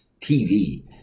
TV